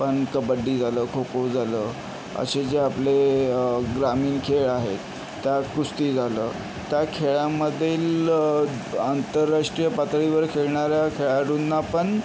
पण कबड्डी झालं खोखो झालं असे जे आपले ग्रामीण खेळ आहेत त्या कुस्ती झालं त्या खेळामधील आंतरराष्ट्रीय पातळीवरील खेळणाऱ्या खेळाडूंना पण